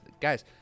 Guys